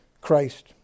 Christ